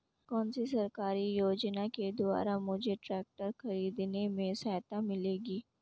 कौनसी सरकारी योजना के द्वारा मुझे ट्रैक्टर खरीदने में सहायता मिलेगी?